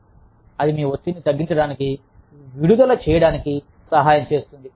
మరియు అది మీకు ఒత్తిడిని తగ్గించడానికి విడుదల చేయడానికి సహాయం చేస్తుంది